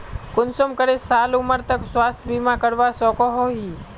कुंसम करे साल उमर तक स्वास्थ्य बीमा करवा सकोहो ही?